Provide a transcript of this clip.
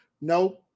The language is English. No